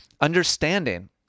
Understanding